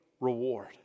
reward